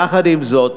יחד עם זאת,